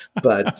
but